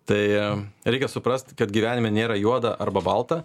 tai reikia suprast kad gyvenime nėra juoda arba balta